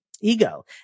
ego